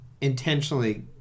intentionally